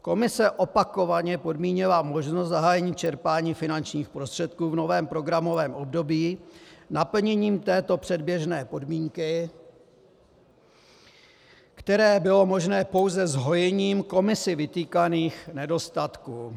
Komise opakovaně podmínila možnost zahájení čerpání finančních prostředků v novém programovém období naplněním této předběžné podmínky, které bylo možné pouze zhojením Komisí vytýkaných nedostatků.